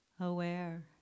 aware